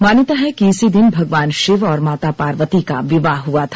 मान्यता है कि इसी दिन भगवान शिव और माता पार्वती का विवाह हुआ था